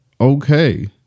okay